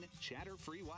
chatter-free